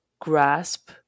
grasp